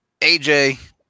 AJ